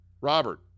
Robert